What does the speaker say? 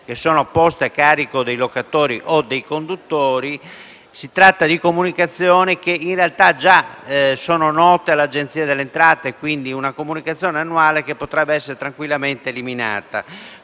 IMU e TASI, a carico dei locatori o conduttori. Si tratta di comunicazioni che in realtà sono già note all'Agenzia delle entrate e, quindi, di una comunicazione annuale che potrebbe essere tranquillamente eliminata.